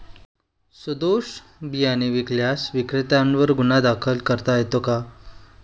सदोष बियाणे विकल्यास विक्रेत्यांवर गुन्हा दाखल करता येतो का?